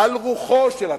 על רוחו של התקנון.